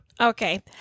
Okay